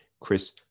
Chris